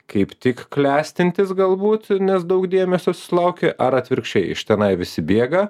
kaip tik klestintis galbūt nes daug dėmesio susilaukė ar atvirkščiai iš tenai visi bėga